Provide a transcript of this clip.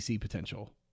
potential